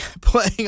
playing